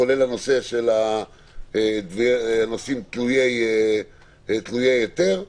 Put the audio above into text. כולל הנושאים תלויי היתר,